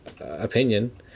opinion